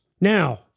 Now